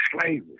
slavery